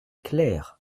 claire